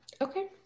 okay